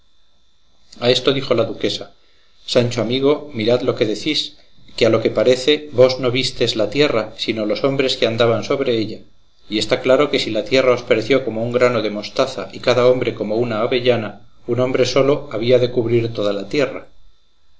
a esto dijo la duquesa sancho amigo mirad lo que decís que a lo que parece vos no vistes la tierra sino los hombres que andaban sobre ella y está claro que si la tierra os pareció como un grano de mostaza y cada hombre como una avellana un hombre solo había de cubrir toda la tierra